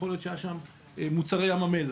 יכול להיות שהיו שם מוצרי ים המלח,